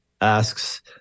asks